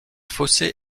fossé